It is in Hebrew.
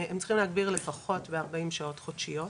הם צריכים להגביר לפחות ב-40 שעות חודשיות,